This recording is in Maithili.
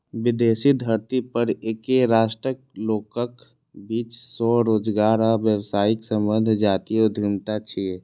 विदेशी धरती पर एके राष्ट्रक लोकक बीच स्वरोजगार आ व्यावसायिक संबंध जातीय उद्यमिता छियै